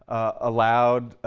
allowed,